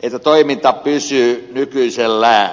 että toiminta pysyy nykyisellään tehokkaana